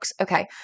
Okay